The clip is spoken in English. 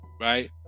right